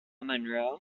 monroe